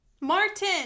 Martin